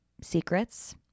secrets